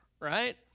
right